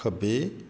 ਖੱਬੇ